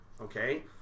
okay